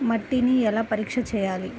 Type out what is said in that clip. మట్టిని ఎలా పరీక్ష చేయాలి?